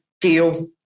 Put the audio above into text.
deal